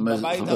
בבית הזה,